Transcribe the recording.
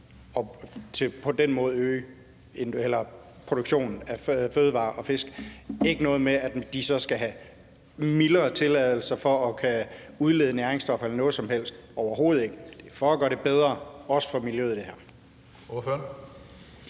og på den måde øge produktionen af fødevarer og fisk. Det er ikke noget med, at de så skal have lempeligere tilladelser til at udlede næringsstoffer eller noget som helst – overhovedet ikke. Det er for at gøre det bedre, også for miljøet.